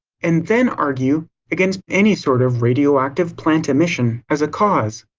and then argue against any sort of radioactive plant emission as a cause?